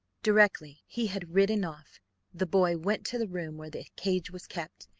directly he had ridden off the boy went to the room where the cage was kept,